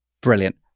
Brilliant